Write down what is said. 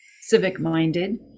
civic-minded